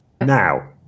Now